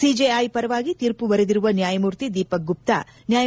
CJI ಪರವಾಗಿ ತೀರ್ಪು ಬರೆದಿರುವ ನ್ಯಾಯಮೂರ್ತಿ ದೀಪಕ್ ಗುಪ್ತಾ ನ್ಯಾ